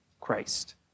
Christ